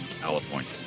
California